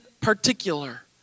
particular